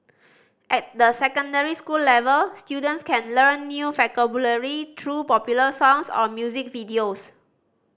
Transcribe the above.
at the secondary school level students can learn new vocabulary through popular songs or music videos